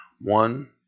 one